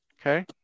okay